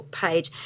page